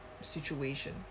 situation